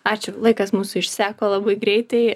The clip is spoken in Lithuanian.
ačiū laikas mūsų išseko labai greitai